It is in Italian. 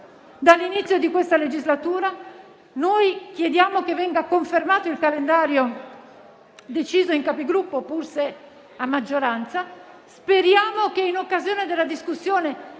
dall'inizio della legislatura, noi chiediamo che venga confermato il calendario deciso in Conferenza dei Capigruppo, pur se a maggioranza. Speriamo che, in occasione della discussione